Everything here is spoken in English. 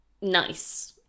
Nice